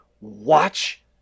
watch